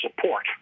support